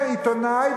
אומר עיתונאי,